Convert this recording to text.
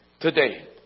Today